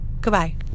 goodbye